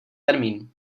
termín